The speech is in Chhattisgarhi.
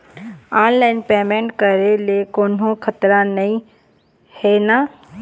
ऑनलाइन पेमेंट करे ले कोन्हो खतरा त नई हे न?